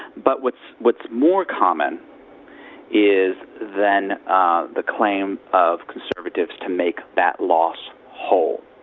but what's what's more common is then ah the claim of conservatives to make that loss whole.